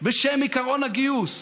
בשם עקרון הגיוס.